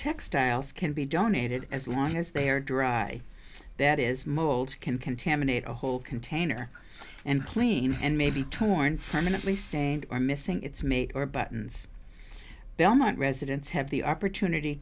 textiles can be donated as long as they are dry that is mold can contaminate a whole container and clean and maybe torn eminently stained or missing its mate or buttons belmont residents have the opportunity